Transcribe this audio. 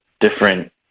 different